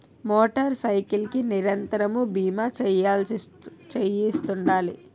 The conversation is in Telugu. మోటార్ సైకిల్ కి నిరంతరము బీమా చేయిస్తుండాలి